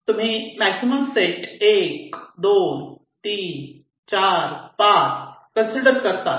तुम्ही maximum set 1 2 3 4 5 consider करतात